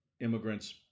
immigrants